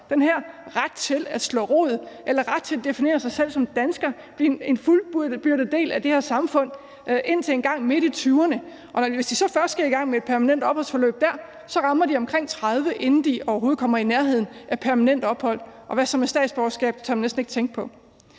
den her ret til at slå rod eller ret til at definere sig selv som dansker, blive en fuldbyrdet del af det her samfund indtil engang midt i tyverne, og hvis de så først skal i gang med et permanent opholdsforløb der, rammer de omkring 30 år, inden de overhovedet kommer i nærheden af permanent ophold, og hvad så med et statsborgerskab? Det tør man næsten ikke tænke på.